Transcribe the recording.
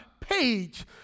page